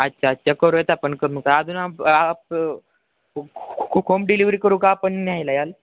अच्छा अच्छा करूयात आपण कमी अजून आप खो खो होम डिलिव्हरी करू का आपण न्यायला याल